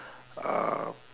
uh